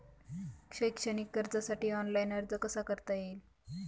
शैक्षणिक कर्जासाठी ऑनलाईन अर्ज कसा करता येईल?